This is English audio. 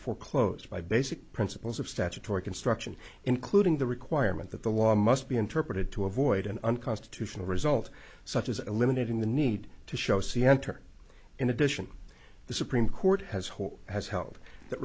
foreclosed by basic principles of statutory construction including the requirement that the law must be interpreted to avoid an unconstitutional result such as eliminating the need to show c enter in addition the supreme court has what has held that